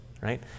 right